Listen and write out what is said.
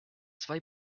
zwei